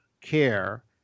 care